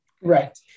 Right